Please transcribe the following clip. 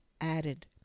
added